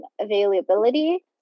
availability